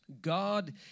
God